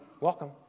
Welcome